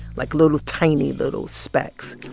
like little, tiny little specks.